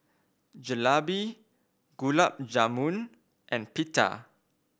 Jalebi Gulab Jamun and Pita